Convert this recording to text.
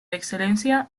excelencia